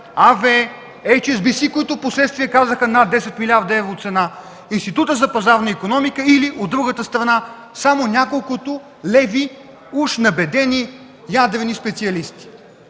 Би Си”, които впоследствие казаха цена, която е над 10 милиарда евро, Институтът за пазарна икономика или от другата страна – само няколкото леви, уж набедени ядрени специалисти.